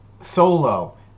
Solo